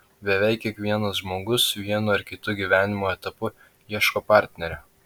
beveik kiekvienas žmogus vienu ar kitu gyvenimo etapu ieško partnerio